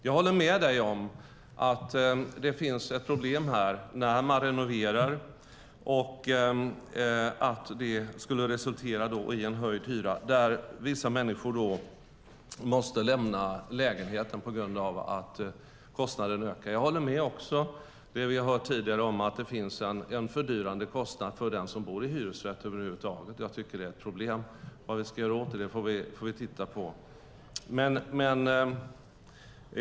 Jag håller med dig om att det finns ett problem när man renoverar och att det alltså skulle resultera i en höjd hyra där vissa människor måste lämna lägenheten på grund av att kostnaden ökar. Jag håller också med om det vi har hört tidigare, nämligen att det finns en fördyrande kostnad för den som bor i hyresrätt över huvud taget. Jag tycker att det är ett problem. Vad vi ska göra åt det får vi titta på.